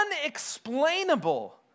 unexplainable